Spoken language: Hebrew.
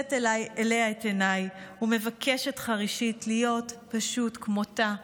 נושאת אליה את עיניי ומבקשת חרישית להיות פשוט כמותה,